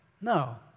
No